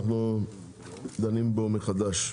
אנחנו דנים בו מחדש.